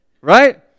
right